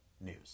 news